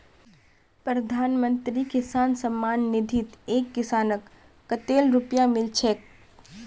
प्रधानमंत्री किसान सम्मान निधित एक किसानक कतेल रुपया मिल छेक